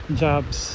jobs